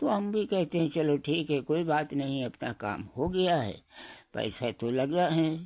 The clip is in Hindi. तो हम भी कहते हैं चलो ठीक है कोई बात नहीं अपना काम हो गया है पैसै तो लगा है